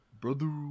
Brother